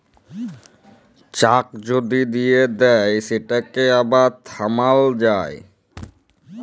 cheque যদি দিঁয়ে দেই সেটকে আবার থামাল যায়